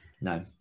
No